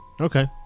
Okay